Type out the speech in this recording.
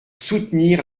soutenir